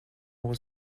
was